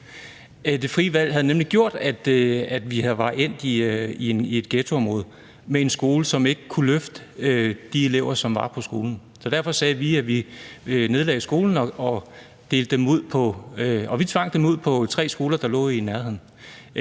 Det frie valg har nemlig gjort, at vi var endt i et ghettoområde med en skole, som ikke kunne løfte de elever, som var på skolen. Så derfor nedlagde vi skolen og tvang dem ud på tre skoler, der lå i nærheden.